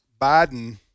Biden